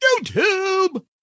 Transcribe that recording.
YouTube